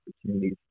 opportunities